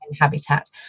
habitat